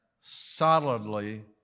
solidly